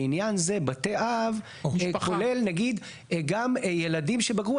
לעניין זה בתי אב כולל נגיד גם ילדים שבגרו,